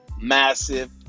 massive